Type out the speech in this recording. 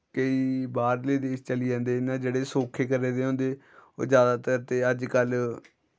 केई बाह्रले देश चली जंदे इ'यां जेह्ड़े सौक्खे घरे दे होंदे ओह् जैदातर ते अजकल्ल